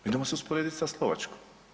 Idemo se usporedit sa Slovačkom.